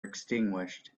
extinguished